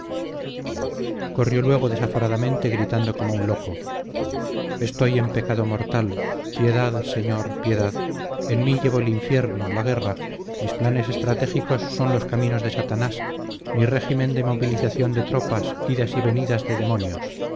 corrió luego desaforadamente gritando como un loco estoy en pecado mortal piedad señor piedad en mí llevo el infierno la guerra mis planes estratégicos son los caminos de satanás mi régimen de movilización de tropas idas y venidas de demonios